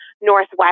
northwest